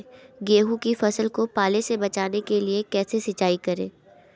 गेहूँ की फसल को पाले से बचाने के लिए कैसे सिंचाई करें?